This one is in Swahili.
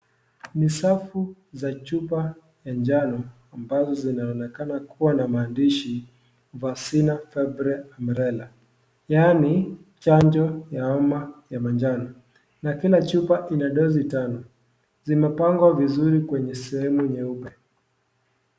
Ni safu ya chupa za njano ambazo zinaonekana kuwa na maandishi vaccina fevre amrella yaani chanjo ya homa ya manjano na Kila chupa ina dosi tano. Zimepangwa vizuri kwenye sehemu nyeupe.